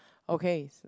okay